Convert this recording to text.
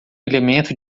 elemento